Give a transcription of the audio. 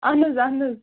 اَہَن حظ اَہَن حظ